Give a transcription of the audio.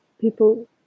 people